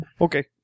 Okay